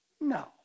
No